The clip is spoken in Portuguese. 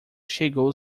chegou